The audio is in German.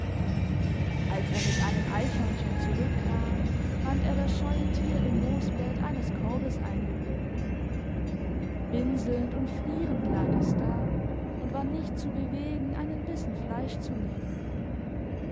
als er mit einem eichhörnchen zurückkam fand er das scheue tier im moosbett eines korbes eingewühlt winselnd und frierend lag es da und war nicht zu bewegen einen bissen fleisch zu nehmen